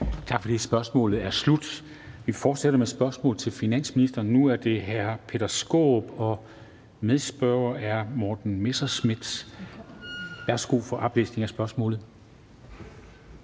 Tak for det. Spørgsmålet er slut. Vi fortsætter med spørgsmål til finansministeren. Nu er det fra hr. Peter Skaarup, og medspørger er hr. Morten Messerschmidt. Kl. 13:18 Spm.